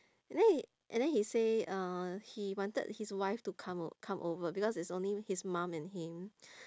and then he and then he say uh he wanted his wife to come o~ come over because it's only his mum and him